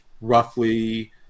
roughly